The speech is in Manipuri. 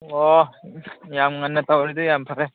ꯑꯣ ꯌꯥꯝ ꯉꯟꯅ ꯇꯧꯔꯗꯤ ꯌꯥꯝ ꯐꯔꯦ